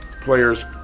players